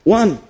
one